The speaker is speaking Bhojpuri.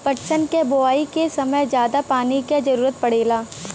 पटसन क बोआई के समय जादा पानी क जरूरत पड़ेला